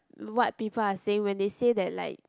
what people are saying when they say that like